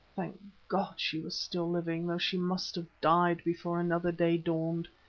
thank god she was still living, she must have died before another day dawned.